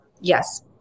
Yes